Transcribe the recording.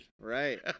Right